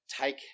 take